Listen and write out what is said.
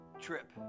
trip